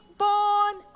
Born